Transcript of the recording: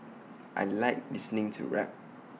I Like listening to rap